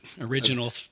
original